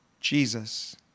Jesus